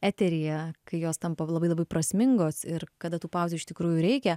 eteryje kai jos tampa labai labai prasmingos ir kada tų pauzių iš tikrųjų reikia